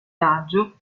raggio